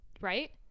Right